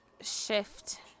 shift